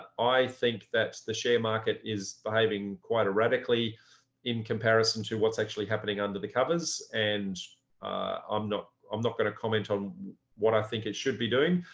i think that the share market is behaving quite radically in comparison to what's actually happening under the covers. and i'm not i'm not going to comment on what i think it should be doing,